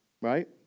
right